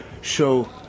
show